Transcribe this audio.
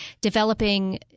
developing